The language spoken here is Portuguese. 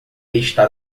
está